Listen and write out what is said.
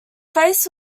face